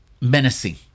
menacing